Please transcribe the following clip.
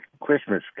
Christmas